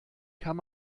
kann